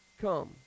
come